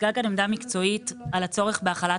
הוצגה כאן עמדה מקצועית על הצורך בהחלת